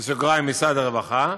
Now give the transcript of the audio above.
במשרד הרווחה,